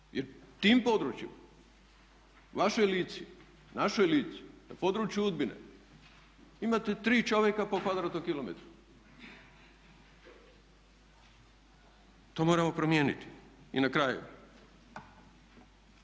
Jer tim područjem vašoj Lici, našoj Lici, na području Udbine imate tri čovjeka po kvadratnom kilometru. To moramo promijeniti. I na kraju,